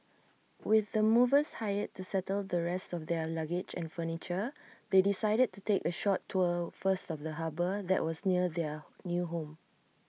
with the movers hired to settle the rest of their luggage and furniture they decided to take A short tour first of the harbour that was near their new home